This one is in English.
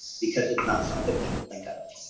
because it's not something people think of?